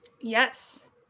Yes